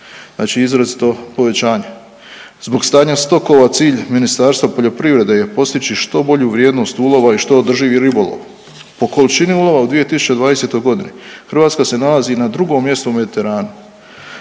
Znači izrazito povećanje. Zbog stanja stokova cilj Ministarstva poljoprivrede je postići što bolju vrijednost ulova i što održiviji ribolov. Po količini ulova u 2020. godini Hrvatska se nalazi na drugom mjestu u Mediteranu,